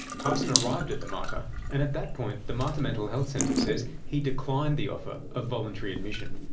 tyson arrived at the mater, and at that point the mater mental health centre says he declined the offer of voluntary admission.